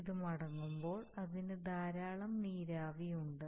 അത് മടങ്ങുമ്പോൾ അതിന് ധാരാളം നീരാവി ഉണ്ട്